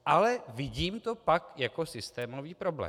Ale vidím to pak jako systémový problém.